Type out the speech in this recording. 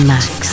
Max